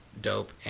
dope